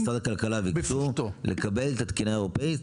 --- משרד הכלכלה --- לקבל את התקינה האירופית.